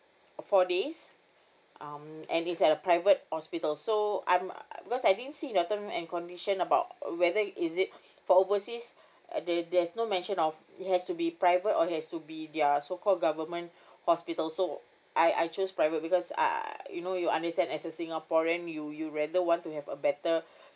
four days um and it's at a private hospital so I'm because I didn't see the term and condition about whether is it for overseas uh there~ there's no mention of it has to be private or has to be their so called government hospital so I I choose private because uh you know you understand as a singaporean you you rather want to have a better